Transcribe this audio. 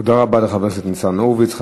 תודה רבה לחבר הכנסת ניצן הורוביץ.